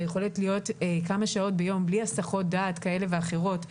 היכולת להיות כמה שעות ביום בלי הסחות דעת כאלה ואחרות,